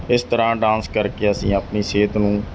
ਇਸ ਤਰ੍ਹਾਂ ਡਾਂਸ ਕਰਕੇ ਅਸੀਂ ਆਪਣੀ ਸਿਹਤ ਨੂੰ